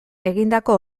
egindako